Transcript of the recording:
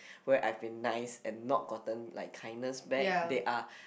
where I been nice and not gotten like kindness back they are